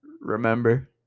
Remember